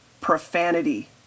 profanity